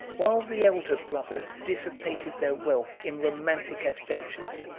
while the elder brothers dissipated their wealth in romantic adventures,